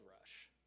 rush